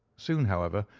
soon, however,